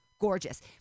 gorgeous